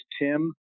tim